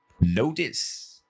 notice